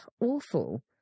awful